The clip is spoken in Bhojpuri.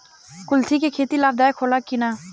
कुलथी के खेती लाभदायक होला कि न?